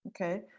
Okay